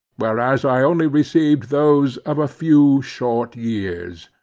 whereas i only received those of a few short years.